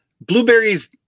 Blueberries